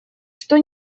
что